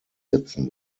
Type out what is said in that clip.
setzen